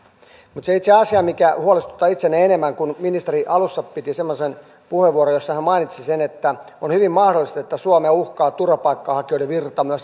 mutta se itse asia mikä huolestuttaa itseäni enemmän ministeri alussa piti semmoisen puheenvuoron jossa hän mainitsi sen että on hyvin mahdollista että suomea uhkaa turvapaikanhakijoiden virta